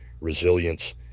resilience